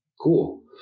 Cool